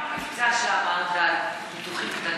מה עם המבצע שאמרת על ניתוחים קטנים?